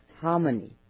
harmony